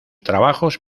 trabajos